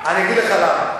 אני אגיד לך למה.